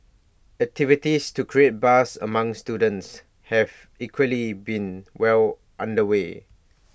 activities to create buzz among students have equally been well under way